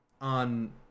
on